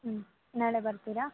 ಹ್ಞೂ ನಾಳೆ ಬರ್ತೀರಾ